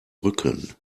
rücken